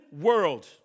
world